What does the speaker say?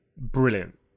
brilliant